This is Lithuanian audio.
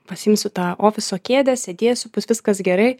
pasiimsiu tą ofiso kėdę sėdėsiu bus viskas gerai